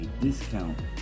discount